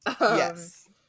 Yes